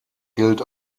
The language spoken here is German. gilt